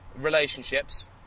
relationships